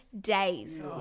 days